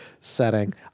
Setting